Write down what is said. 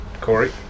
Corey